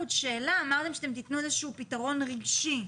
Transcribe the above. אמרתם שאתם תתנו איזשהו פתרון רגשי,